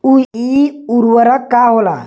इ उर्वरक का होला?